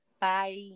Bye